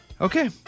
Okay